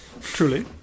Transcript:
Truly